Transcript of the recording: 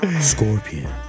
Scorpion